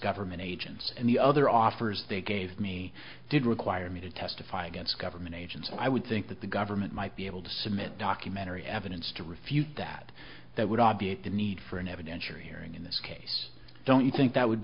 government agents and the other offers they gave me did require me to testify against government agents and i would think that the government might be able to submit documentary evidence to refute that that would obviate the need for an evidentiary hearing in this case don't you think that would